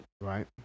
Right